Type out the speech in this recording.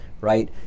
right